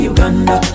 Uganda